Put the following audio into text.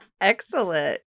Excellent